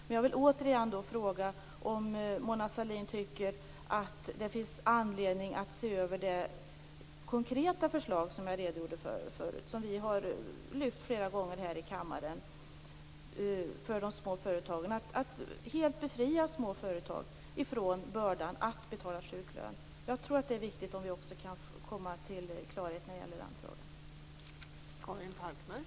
Men jag vill återigen fråga om Mona Sahlin tycker att det finns anledning att se över det konkreta förslag för småföretagarna som jag redogjorde för förut och som vi har lyft fram flera gånger här i kammaren, dvs. att helt befria små företag från bördan att betala sjuklön. Jag tror att det är viktigt att vi också kan komma till klarhet när det gäller den frågan.